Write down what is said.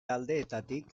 aldeetatik